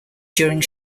during